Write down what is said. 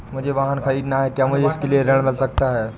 मुझे वाहन ख़रीदना है क्या मुझे इसके लिए ऋण मिल सकता है?